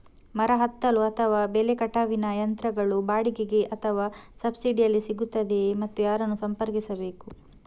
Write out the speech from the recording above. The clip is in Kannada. ಮರ ಹತ್ತಲು ಅಥವಾ ಬೆಲೆ ಕಟಾವಿನ ಯಂತ್ರಗಳು ಬಾಡಿಗೆಗೆ ಅಥವಾ ಸಬ್ಸಿಡಿಯಲ್ಲಿ ಸಿಗುತ್ತದೆಯೇ ಮತ್ತು ಯಾರನ್ನು ಸಂಪರ್ಕಿಸಬೇಕು?